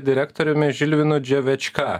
direktoriumi žilvinu dževečka